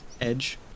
edge